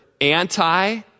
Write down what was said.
anti